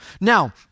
Now